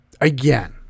Again